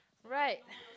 right